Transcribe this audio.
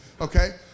Okay